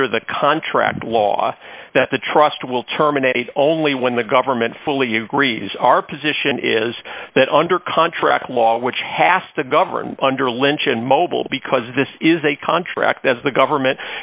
under the contract law that the trust will terminate only when the government fully agrees our position is that under contract law which has to govern under lynch and mobile because this is a contract as the government